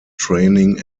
training